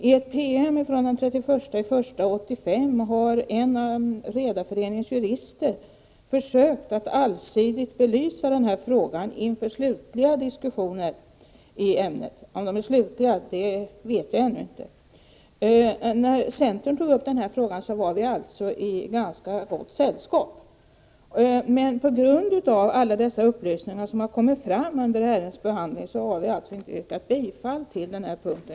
I en PM från den 31 januari 1985 har en av Redareföreningens jurister försökt att allsidigt belysa denna fråga inför slutliga diskussioner i ämnet. Dvs. om de är slutliga vet vi ännu inte. När centern tog upp den här frågan var vi alltså i ganska gott sällskap, men på grund av alla de upplysningar som kommit fram under ärendets behandling har vi inte yrkat bifall till förslaget på den punkten.